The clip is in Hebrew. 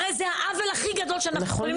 הרי זה העוול הכי גדול שאנחנו יכולים